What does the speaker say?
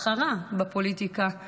בחרה בפוליטיקה,